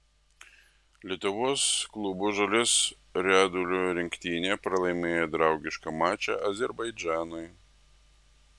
lietuvos klubų žolės riedulio rinktinė pralaimėjo draugišką mačą azerbaidžanui